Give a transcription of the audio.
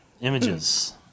images